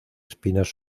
espinas